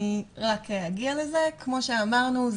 כמו שאמרנו,